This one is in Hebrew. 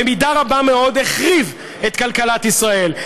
במידה רבה מאוד החריב את כלכלת ישראל.